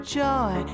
joy